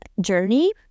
journey